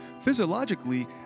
Physiologically